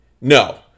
No